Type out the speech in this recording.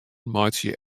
meitsje